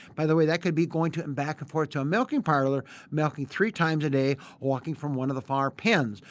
by the way that could be going and back and forth to a milking parlor milking three times a day or walking from one of the far pens.